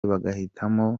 bagahitamo